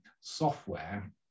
software